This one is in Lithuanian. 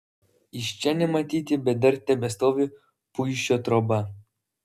iš čia nematyti bet dar tebestovi puišio troba